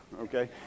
okay